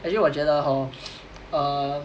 actually 我觉得 hor err